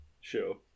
Sure